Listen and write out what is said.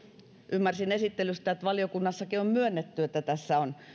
ymmärsin esittelystä että valiokunnassakin on myönnetty että tässä on